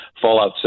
Fallout